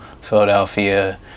Philadelphia